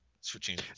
switching